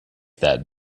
that